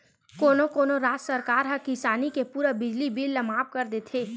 कोनो कोनो राज सरकार ह किसानी के पूरा बिजली बिल ल माफ कर देथे